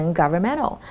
governmental